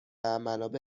منابع